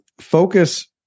focus